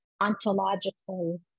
ontological